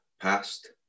past